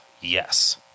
Yes